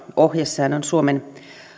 ohjesäännön suomen